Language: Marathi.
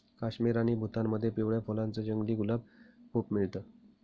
काश्मीर आणि भूतानमध्ये पिवळ्या फुलांच जंगली गुलाब खूप मिळत